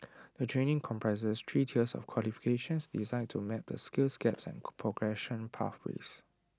the training comprises three tiers of qualifications designed to map the skills gaps and progression pathways